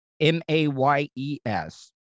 M-A-Y-E-S